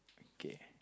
okay